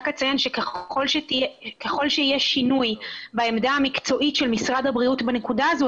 אציין שככל שיהיה שינוי בעמדה המקצועית של משרד הבריאות בנקודה הזאת,